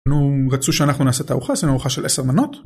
נו, רצו שאנחנו נעשה את הארוחה, עשינו ארוחה של עשר מנות.